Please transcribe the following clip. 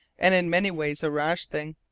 and in many ways a rash thing.